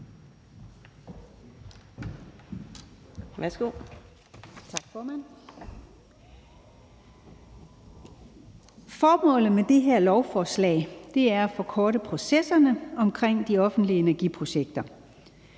Formålet med det her lovforslag er at forkorte processerne omkring de offentlige energiprojekter.